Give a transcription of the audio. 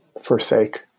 forsake